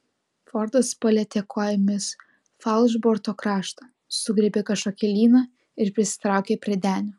fordas palietė kojomis falšborto kraštą sugriebė kažkokį lyną ir prisitraukė prie denio